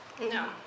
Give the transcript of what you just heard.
No